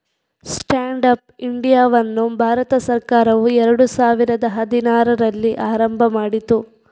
stand up ಇಂಡಿಯಾವನ್ನು ಭಾರತ ಸರ್ಕಾರವು ಎರಡು ಸಾವಿರದ ಹದಿನಾರರಲ್ಲಿ ಆರಂಭ ಮಾಡಿತು